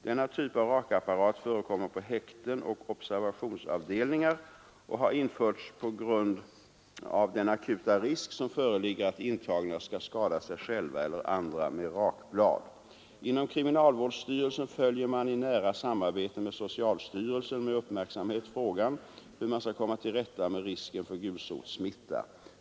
Denna typ av rakapparat förekommer på häkten och observationsavdelningar och har införts på grund av den akuta risk som föreligger att intagna skall skada sig själv eller andra med rakblad. Inom kriminalvårdsstyrelsen följer man i nära samarbete med socialstyrelsen med uppmärksamhet frågan hur man skall komma till rätta med risken för gulsotssmitta.